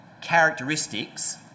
characteristics